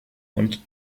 und